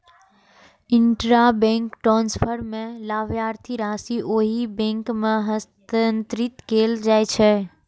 intrabank transfer मे लाभार्थीक राशि ओहि बैंक मे हस्तांतरित कैल जाइ छै